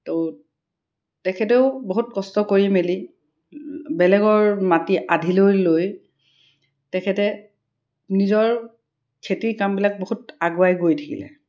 ত' তেখেতেও বহুত কষ্ট কৰি মেলি বেলেগৰ মাটি আধিলৈ লৈ তেখেতে নিজৰ খেতিৰ কামবিলাক বহুত আগুৱাই গৈ থাকিলে